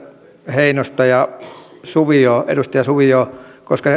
heinosta ja saviota koska